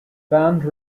band